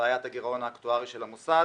בעיית הגירעון האקטוארי של המוסד,